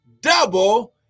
Double